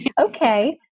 Okay